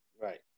Right